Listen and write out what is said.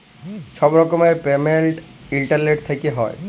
ছব রকমের payment internet থ্যাইকে হ্যয়